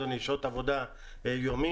אדוני שעות עבודה יומי,